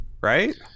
Right